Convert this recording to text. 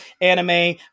anime